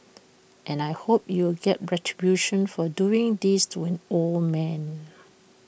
and I hope U will get retribution for doing this to an old man